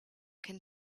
can